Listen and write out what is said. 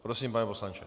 Prosím, pane poslanče.